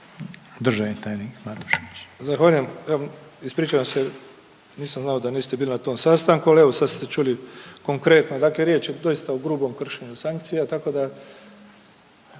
Frano (HDZ)** Zahvaljujem. Ispričavam se nisam znao da niste bili na tom sastanku, ali evo sad ste čuli konkretno. Dakle, riječ je doista o grubom kršenju sankcija tako da,